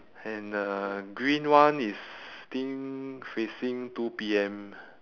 and the green one is think facing two P_M